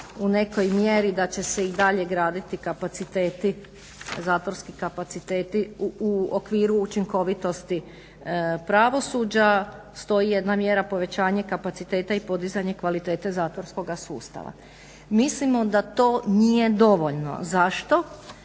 u nekoj mjeri da će se i dalje graditi kapaciteti zatvorski kapaciteti u okviru učinkovitosti pravosuđa. Stoji jedna mjera povećanje kapaciteta i podizanje kvalitete zatvorskoga sustava. Mislimo da to nije dovoljno. Zašto?